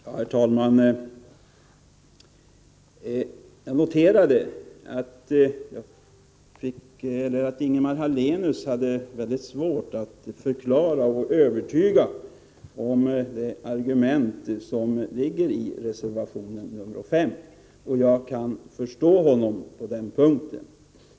Herr talman! Jag noterade att Ingemar Hallenius hade mycket svårt att övertygande förklara argumenten i reservation 5. Jag kan förstå honom på den punkten.